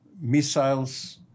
missiles